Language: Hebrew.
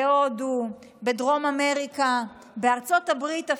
בהודו, בדרום אמריקה, אפילו בארצות הברית.